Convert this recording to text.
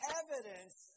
evidence